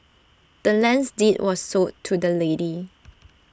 the land's deed was sold to the lady